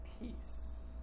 peace